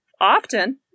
often